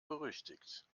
berüchtigt